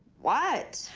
what!